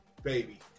Baby